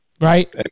Right